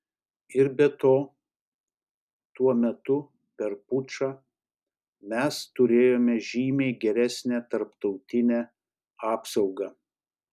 ir be to tuo metu per pučą mes turėjome žymiai geresnę tarptautinę apsaugą